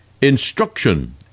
Instruction